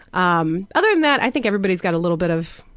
um other than that, i think everybody's got a little bit of,